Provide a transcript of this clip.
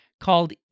called